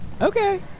Okay